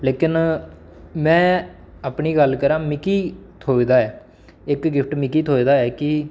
लेकिन में अपनी गल्ल करांऽ मिकी थ्होए दा ऐ इक गिफ्ट मिकी थ्होए दा ऐ कि